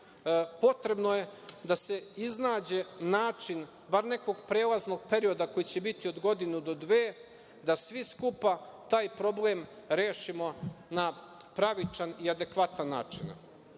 Potrebno je da se iznađe način bar nekog prelaznog perioda koji će biti od godinu do dve, da svi skupa taj problem rešimo na pravičan i adekvatan način. Evo,